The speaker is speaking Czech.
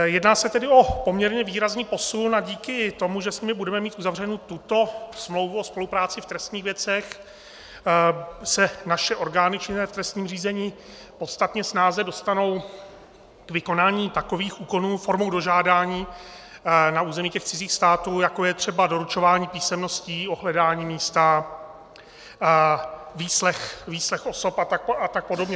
Jedná se tedy o poměrně výrazný posun a díky tomu, že s nimi budeme mít uzavřenu tuto smlouvu o spolupráci v trestních věcech, se naše orgány činné v trestním řízení podstatně snáze dostanou k vykonání takových úkonů formou dožádání na území těch cizích států, jako je třeba doručování písemností, ohledání místa, výslech osob a tak podobně.